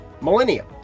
millennia